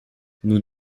nous